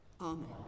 Amen